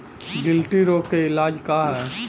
गिल्टी रोग के इलाज का ह?